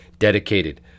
Dedicated